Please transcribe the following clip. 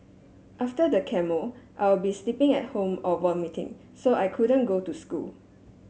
after the chemo I'll be sleeping at home or vomiting so I couldn't go to school